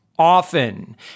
often